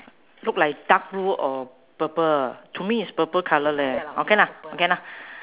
look like dark blue or purple to me is purple colour leh okay lah okay lah